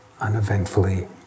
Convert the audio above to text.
uneventfully